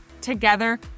Together